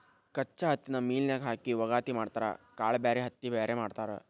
ಕಚ್ಚಾ ಹತ್ತಿನ ಮಿಲ್ ನ್ಯಾಗ ಹಾಕಿ ವಗಾತಿ ಮಾಡತಾರ ಕಾಳ ಬ್ಯಾರೆ ಹತ್ತಿ ಬ್ಯಾರೆ ಮಾಡ್ತಾರ